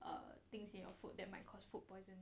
err things in your food that might cause food poisoning